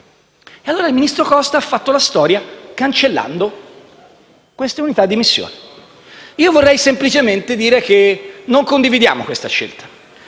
Allora, il ministro Costa ha fatto la storia cancellando queste unità di missione. Vorrei semplicemente dire che non condividiamo questa scelta.